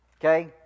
okay